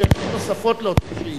שאלות נוספות לאותה שאילתא.